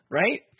right